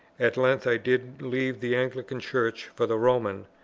at length i did leave the anglican church for the roman,